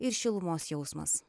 ir šilumos jausmas